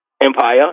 Empire